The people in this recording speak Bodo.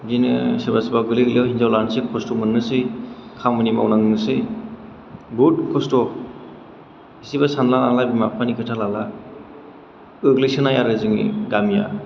बिदिनो सोरबा सोरबा गोरलै गोरलैयाव हिन्जाव लासै खस्थ' मोननोसै खामानि मावलांनोसै बहुद खस्थ' इसेबो सानला नालाइ बिमा बिफानि खोथा लाला गोग्लैसोनाय आरो जोंनि गामिया